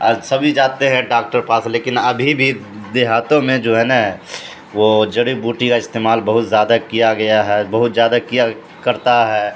آ سبھی جاتے ہیں ڈاکٹر پاس لیکن ابھی بھی دیہاتوں میں جو ہے نا وہ جڑی بوٹی کا استعمال بہت زیادہ کیا گیا ہے بہت زیادہ کیا کرتا ہے